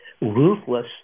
ruthless